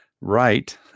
right